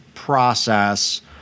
process